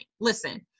listen